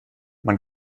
man